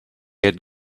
had